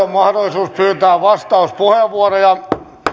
on mahdollisuus pyytää vastauspuheenvuoroja